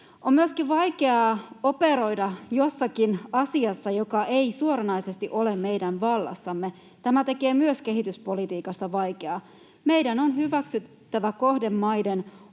On myöskin vaikeaa operoida jossakin asiassa, joka ei suoranaisesti ole meidän vallassamme. Myös tämä tekee kehityspolitiikasta vaikeaa. Meidän on hyväksyttävä kohdemaiden